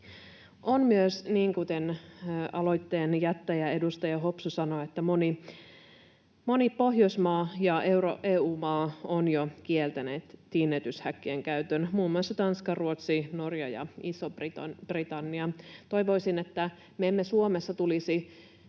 On myös niin, kuten aloitteen jättäjä edustaja Hopsu sanoi, että moni Pohjoismaa ja EU-maa on jo kieltänyt tiineytyshäkkien käytön, muun muassa Tanska, Ruotsi, Norja ja Iso-Britannia. Toivoisin, että me emme Suomessa tulisi